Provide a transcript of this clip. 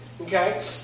Okay